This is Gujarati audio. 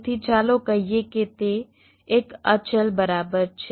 તેથી ચાલો કહીએ કે તે એક અચલ બરાબર છે